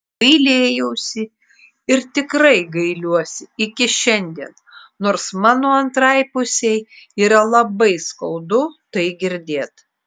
gailėjausi ir tikrai gailiuosi iki šiandien nors mano antrai pusei yra labai skaudu tai girdėt